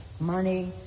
money